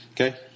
Okay